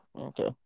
Okay